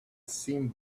seemed